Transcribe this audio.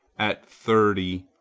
at thirty,